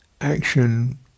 action